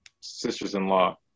sisters-in-law